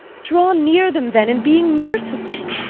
draw near them then in being merciful.